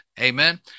Amen